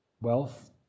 wealth